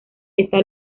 está